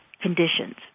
conditions